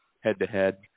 head-to-head